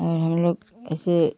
और हम लोग ऐसे